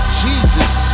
jesus